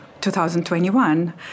2021